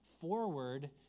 forward